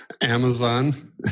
Amazon